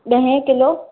ॾहें किलो